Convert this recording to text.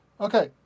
Okay